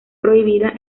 prohibida